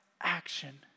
action